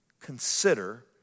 Consider